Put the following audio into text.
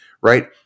Right